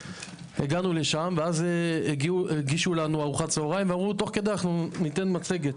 הגענו לשם ואז הגישו לנו ארוחת צהריים ואמרו תוך כדי אנחנו ניתן מצגת.